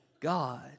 God